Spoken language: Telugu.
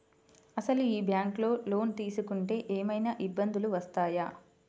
అసలు ఈ బ్యాంక్లో లోన్ తీసుకుంటే ఏమయినా ఇబ్బందులు వస్తాయా?